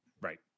right